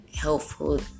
helpful